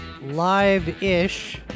live-ish